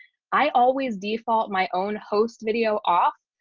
i always default my own host video off,